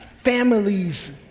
Families